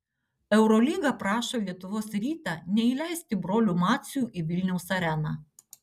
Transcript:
eurolyga prašo lietuvos rytą neįleisti brolių macių į vilniaus areną